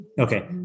okay